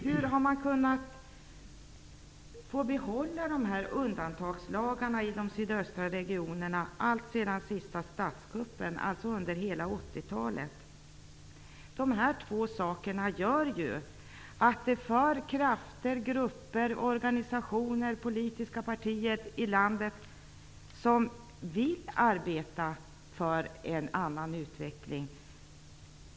Hur har man kunnat behålla undantagslagarna i de sydöstra regionerna, alltsedan den senaste statskuppen, dvs. under hela 80-talet? De här två sakerna gör att det inte är möjligt för olika krafter, grupper, organisationer och politiska partier i landet att arbeta för en annan utveckling.